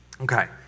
Okay